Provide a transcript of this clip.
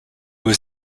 was